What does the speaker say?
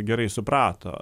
gerai suprato